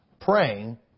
praying